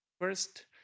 First